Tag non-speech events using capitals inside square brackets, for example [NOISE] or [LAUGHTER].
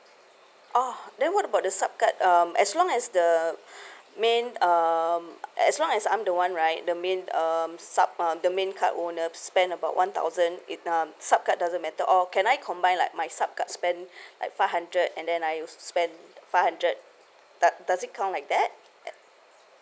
oh then what about the sub card um as long as the [BREATH] main um as long as I'm the one right the main um sub uh the main card owner spent about one thousand and um sub card doesn't matter or can I combine like my sub card spend [BREATH] like five hundred and then I also spend five hundred does does it count like that at